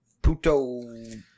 Puto